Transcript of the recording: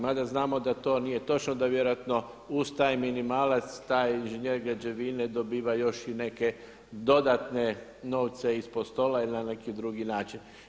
Mada znamo da to nije točno, da vjerojatno uz taj minimalac taj inženjer građevine dobiva još i neke dodatne novce ispod stola ili na neki drugi način.